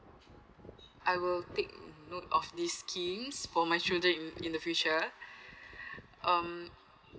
I will take note of this scheme for my children in in the future um